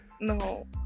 No